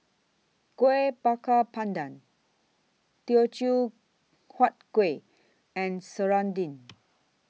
Kuih Bakar Pandan Teochew Huat Kueh and Serunding